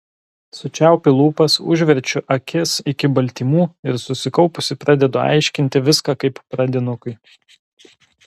sučiaupiu lūpas užverčiu akis iki baltymų ir susikaupusi pradedu aiškinti viską kaip pradinukui